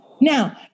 Now